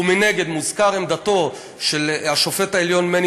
ומנגד מוזכרת עמדתו של השופט העליון מני